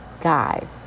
Guys